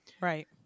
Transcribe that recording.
Right